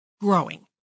growing